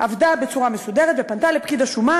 עבדה בצורה מסודרת ופנתה לפקיד השומה